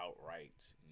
outright